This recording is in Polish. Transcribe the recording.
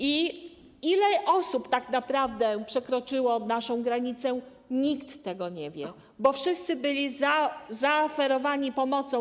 Ile osób tak naprawdę przekroczyło naszą granicę, nikt tego nie wie, bo wszyscy byli zaaferowani pomocą.